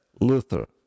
Luther